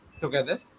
together